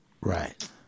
Right